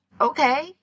okay